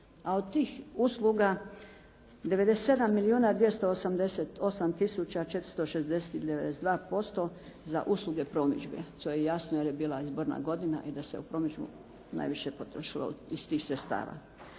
a od tih usluga 97 milijuna 288 tisuća 460 ili 92% za usluge promidžbe. To je jasno jer je bila izborna godina i da se u promidžbu najviše potrošilo iz tih sredstava.